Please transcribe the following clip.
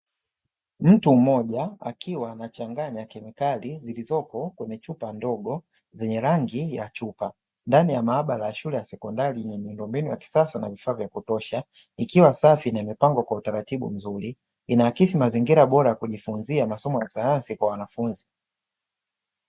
Mtu mmoja akiwa anachanganya kemikali zilizopo kwenye chuoa ndogo zenye rangi ya chupa, ndani ya maabara ya shule ya sekondari yenye miundombinu ya kisasa na vifaa vya kutosha. Ikiwa safi na imepangwa kwa utaratibu mzuri, inaakisi mazingira bora ya kujifunzia masomo ya sayansi kwa wanafunzi.